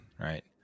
right